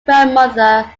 grandmother